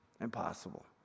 Impossible